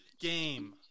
game